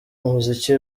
umuziki